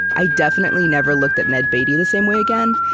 i definitely never looked at ned beatty the same way again,